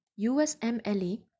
USMLE